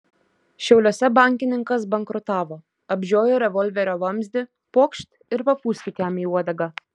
šiauliuose bankininkas bankrutavo apžiojo revolverio vamzdį pokšt ir papūskit jam į uodegą